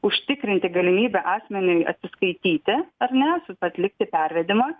užtikrinti galimybę asmeniui atsiskaityti ar ne atlikti pervedimą